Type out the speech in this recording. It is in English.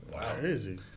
Crazy